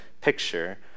picture